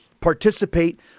participate